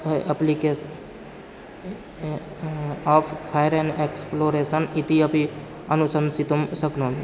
हा application of fire an exploration इति अपि अनुशासितुं शक्नोमि